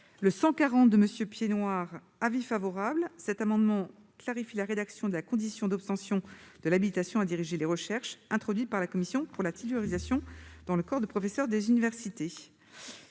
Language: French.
rectifié de M. Piednoir, qui tend à clarifier la rédaction de la condition d'obtention de l'habilitation à diriger des recherches introduite par la commission pour la titularisation dans le corps de professeur des universités.